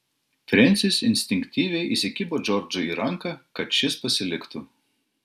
frensis instinktyviai įsikibo džordžui į ranką kad šis pasiliktų